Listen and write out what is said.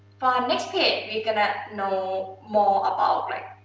for um next period, we gonna know more about like